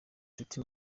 nshuti